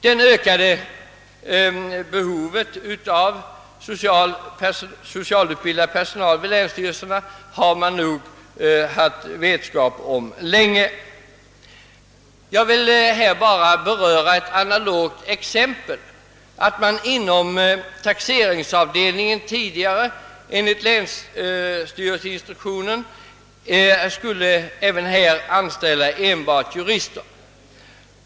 Det ökade behovet av socialutbildad personal vid länsstyrelserna har man länge haft vetskap om. Jag vill beröra ett analogt exempel: Inom taxeringsavdelningen skulle tidigare enligt länsstyrelseinstruktionen enbart jurister anställas.